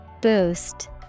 Boost